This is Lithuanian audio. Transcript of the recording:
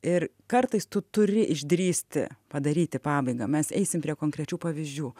ir kartais tu turi išdrįsti padaryti pabaigą mes eisim prie konkrečių pavyzdžių